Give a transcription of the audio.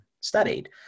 studied